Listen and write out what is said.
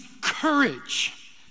courage